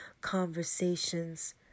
conversations